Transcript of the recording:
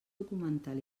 documental